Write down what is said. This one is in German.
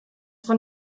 von